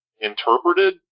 interpreted